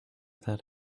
that